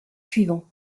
suivants